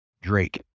drake